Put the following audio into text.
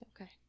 Okay